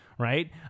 right